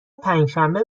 پنجشنبه